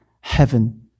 heaven